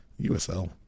USL